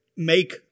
make